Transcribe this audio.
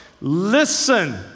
listen